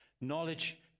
Knowledge